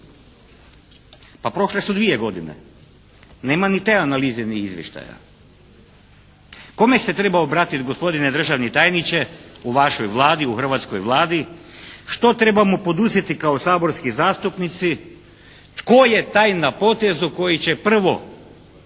Pa prošle su dvije godine. Nema ni te analize i izvještaja. Kome se treba obratiti gospodine državni tajniče u vašoj Vladi, u hrvatskoj Vladi, što trebamo poduzeti kao saborski zastupnici, tko je taj na potezu koji će prvo